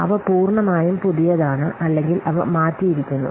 അവ പൂർണ്ണമായും പുതിയതാണ് അല്ലെങ്കിൽ അവ മാറ്റിയിരിക്കുന്നു